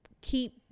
keep